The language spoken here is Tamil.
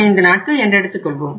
35 நாட்கள் என்று எடுத்துக்கொள்வோம்